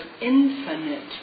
infinite